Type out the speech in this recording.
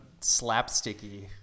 slapsticky